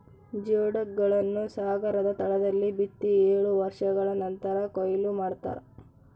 geoduck ಗಳನ್ನು ಸಾಗರದ ತಳದಲ್ಲಿ ಬಿತ್ತಿ ಏಳು ವರ್ಷಗಳ ನಂತರ ಕೂಯ್ಲು ಮಾಡ್ತಾರ